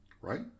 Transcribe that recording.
Right